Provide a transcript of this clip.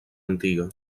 antiga